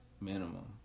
minimum